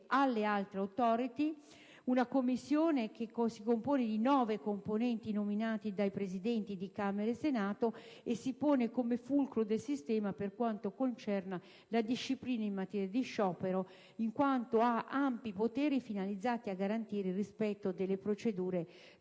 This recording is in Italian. alle altre *Authority*. La Commissione è composta di nove membri nominati dai Presidenti di Camera e Senato e si pone come fulcro del sistema per quanto concerne la disciplina in materia di sciopero, in quanto ha ampi poteri finalizzati a garantire il rispetto delle procedure previste